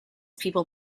people